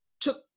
took